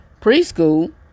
preschool